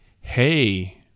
hey